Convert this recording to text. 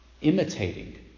imitating